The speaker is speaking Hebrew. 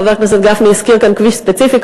חבר הכנסת גפני הזכיר כאן כביש ספציפי,